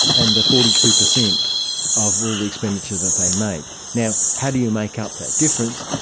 and the forty two percent of all the expenditure that they make. now how do you make up that difference?